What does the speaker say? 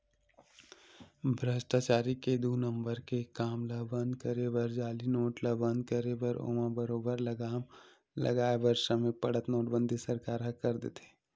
भस्टाचारी के दू नंबर के काम ल बंद करे बर जाली नोट ल बंद करे बर ओमा बरोबर लगाम लगाय बर समे पड़त नोटबंदी सरकार ह कर देथे